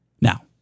Now